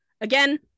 Again